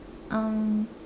um